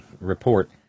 report